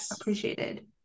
appreciated